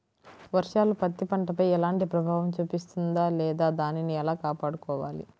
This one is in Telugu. వర్షాలు పత్తి పంటపై ఎలాంటి ప్రభావం చూపిస్తుంద లేదా దానిని ఎలా కాపాడుకోవాలి?